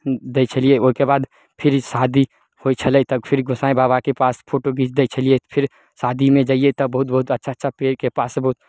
दै छलियै ओइके बाद फिर शादी होइ छलै तऽ फिर गोसाइँ बाबाके पास फोटो घिच दै छलियै फिर शादीमे जइयै तऽ बहुत बहुत अच्छा अच्छा पेड़के पास से बहुत